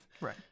Right